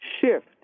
shift